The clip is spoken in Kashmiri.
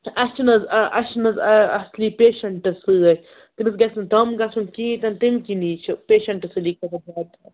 اَسہِ چھِنہٕ حظ اۭں اَسہِ چھِنہٕ حظ اۭں اَصٕلی پیشَنٹ سۭتۍ تٔمِس گژھِ نہٕ دَم گژھُن کِہیٖنۍ تہِ نہٕ تٔمۍ کِنی چھِ پیشَنٹ